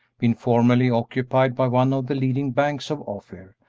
been formerly occupied by one of the leading banks of ophir,